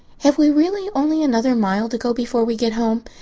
have we really only another mile to go before we get home?